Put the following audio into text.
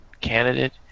candidate